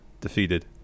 defeated